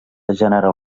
general